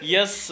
Yes